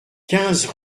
quinze